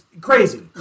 crazy